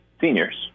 seniors